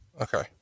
Okay